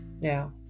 Now